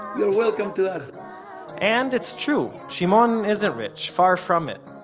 you're welcome to us and it's true, shimon isn't rich. far from it.